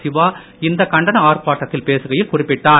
சிவா இந்த கண்டன ஆர்ப்பாட்டத்தில் பேசுகையில் குறிப்பிட்டார்